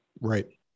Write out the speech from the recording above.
Right